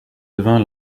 devint